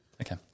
Okay